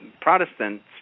Protestants